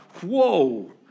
whoa